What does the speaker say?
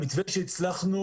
המתווה שהצלחנו,